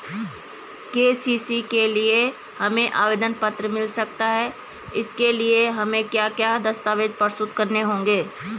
KCC के लिए हमें आवेदन पत्र मिल सकता है इसके लिए हमें क्या क्या दस्तावेज़ प्रस्तुत करने होंगे?